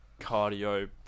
cardio